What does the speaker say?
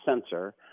sensor